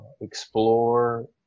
explore